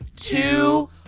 Two